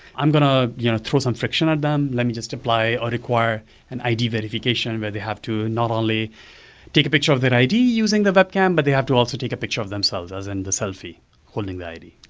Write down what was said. i'm going to you know throw some friction at them. let me just apply or require an id verification where they have to not only take a picture of their id using the webcam, but they have to also take a picture of themselves, as in the selfie holding the id.